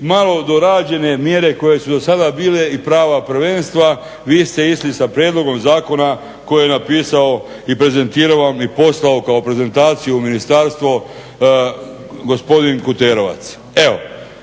malo dorađene mjere koje su dosada bile i prava prvenstva vi ste išli sa prijedlogom zakona koji je napisao i prezentirao vam i poslao kao prezentaciju u ministarstvo gospodin Kuterovac. Evo,